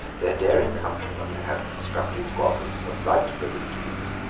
their daring countrymen had constructed squadrons of light brigantines,